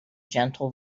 gentle